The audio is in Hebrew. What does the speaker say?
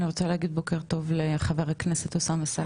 אני רוצה להגיד בוקר טוב לחבר הכנסת אוסאמה סעדי.